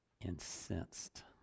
incensed